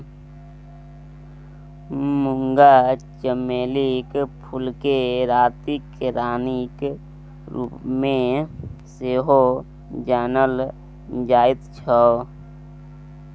मूंगा चमेलीक फूलकेँ रातिक रानीक रूपमे सेहो जानल जाइत छै